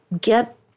get